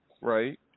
right